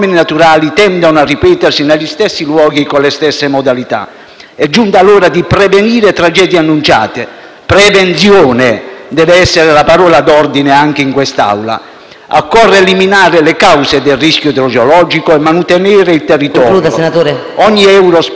È giunta l'ora di prevenire tragedie annunciate. Prevenzione deve essere la parola d'ordine anche in quest'Assemblea. Occorre eliminare le cause del rischio idrogeologico e manutenere il territorio. Ogni euro speso sarà un investimento a grande moltiplicatore.